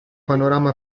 panorama